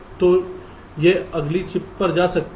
तो यह अगली चिप पर जा सकता है